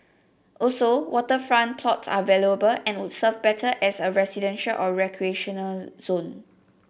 also waterfront plots are valuable and would serve better as a residential or recreational zone